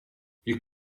you